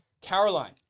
Caroline